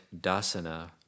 dasana